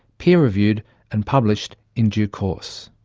peer reviewed and published in due course.